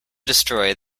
destroy